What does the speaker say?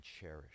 cherish